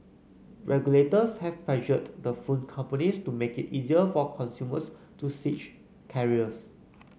regulators have pressured the phone companies to make it easier for consumers to switch carriers